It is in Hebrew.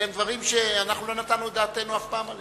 אלה דברים שאנחנו אף פעם לא נתנו את דעתנו עליהם.